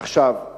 עכשיו,